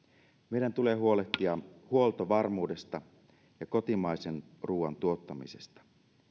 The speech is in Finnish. meidän tulee huolehtia huoltovarmuudesta ja kotimaisen ruoan tuottamisesta